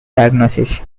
diagnosis